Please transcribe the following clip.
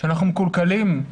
שאנחנו מקולקלים,